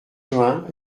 juin